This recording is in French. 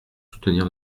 soutenir